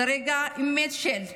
זה רגע אמת של צה"ל,